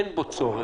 אין בו צורך.